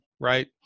right